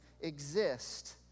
exist